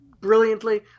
brilliantly